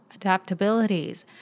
adaptabilities